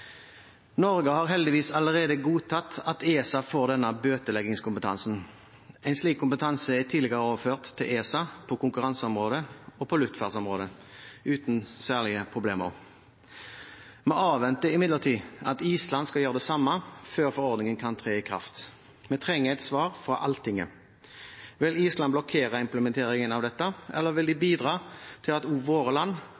Norge har heldigvis allerede godtatt at ESA får denne bøteleggingskompetansen. En slik kompetanse er tidligere overført til ESA på konkurranseområdet og på luftfartsområdet uten særlige problemer. Vi avventer imidlertid at Island skal gjøre det samme før forordningen kan tre i kraft. Vi trenger et svar fra Alltinget. Vil Island blokkere implementeringen av dette, eller vil de